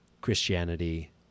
Christianity